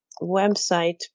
website